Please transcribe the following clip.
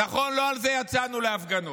נכון, לא על זה יצאנו להפגנות.